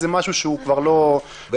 זה משהו שהוא לא לעניין,